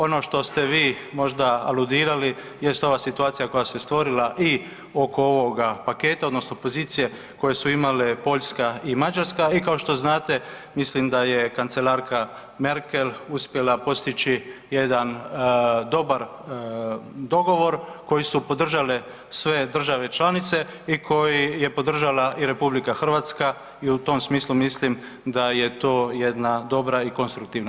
Ono što sve vi možda aludirali jest ova situacija koja se stvorila i oko ovoga paketa odnosno pozicije koje su imale Poljska i Mađarska i kao što znate, mislim da je kancelarka Merkel uspjela postići jedan dobar dogovor koji su podržale sve države članice i koji je podržala i RH i u tom smislu mislim da je to jedna dobra i konstruktivna